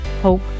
hope